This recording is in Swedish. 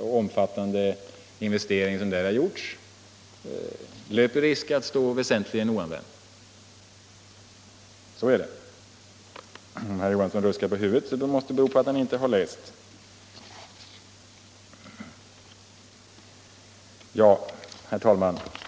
omfattande speciella anläggning, som man där har investerat i, löper risk att stå väsentligen oanvänd. Rune Johansson ruskar på huvudet, men det måste bero på att han inte har läst redovisningen. Herr talman!